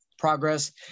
progress